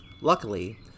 Luckily